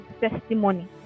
testimony